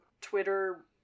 Twitter